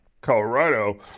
Colorado